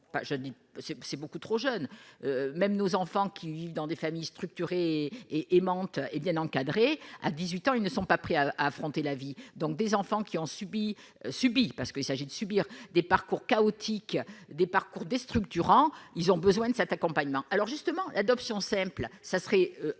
c'est beaucoup trop jeune, même nos enfants qui vivent dans des familles structuré et et aimante et bien encadré à 18 ans, ils ne sont pas prêts à affronter la vie, donc des enfants qui ont subi subi parce qu'il s'agit de subir des parcours chaotique des parcours déstructurant, ils ont besoin de cet accompagnement alors justement l'adoption simple, ça serait